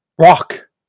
Rock